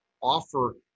offer